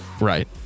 right